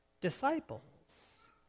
disciples